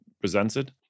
presented